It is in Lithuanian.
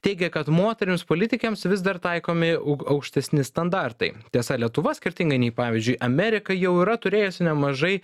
teigė kad moterims politikėms vis dar taikomi aug aukštesni standartai tiesa lietuva skirtingai nei pavyzdžiui amerika jau yra turėjusi nemažai